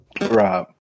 right